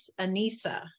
Anissa